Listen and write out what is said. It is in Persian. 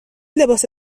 لباس